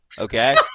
okay